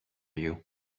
you